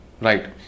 right